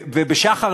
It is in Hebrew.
ובשח"ר,